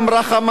רכמה,